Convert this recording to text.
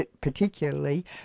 particularly